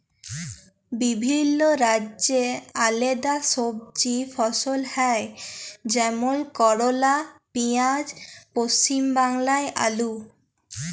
বিভিল্য রাজ্যে আলেদা সবজি ফসল হ্যয় যেমল করলা, পিয়াঁজ, পশ্চিম বাংলায় আলু